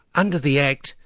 under the act,